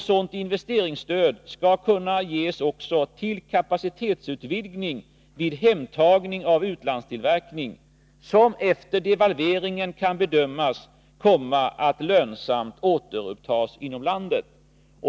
Sådant investeringsstöd skall kunna ges också till kapacitetsutvidgning vid hemtagning av utlandstillverkning, som efter devalveringen kan bedömas komma att lönsamt återupptas inom landet.